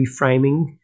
reframing